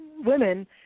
women